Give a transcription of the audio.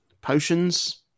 potions